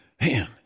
Man